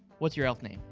what's your elf name?